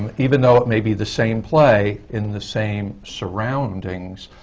um even though, it may be the same play in the same surroundings,